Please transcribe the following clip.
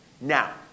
Now